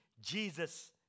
Jesus